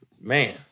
man